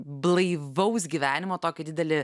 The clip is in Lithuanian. blaivaus gyvenimo tokį didelį